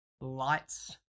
lights